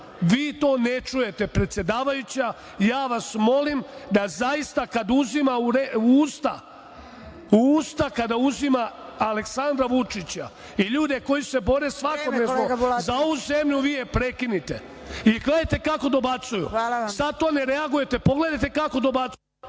vi to ne čujete predsedavajuća. Ja vas molim da zaista kada uzima u usta Aleksandra Vučića i ljude koji se bore svakodnevno za ovo vreme, vi je prekinite i gledajte kako dobacuju. Sada to ne reagujete, pogledajte kako dobacuju.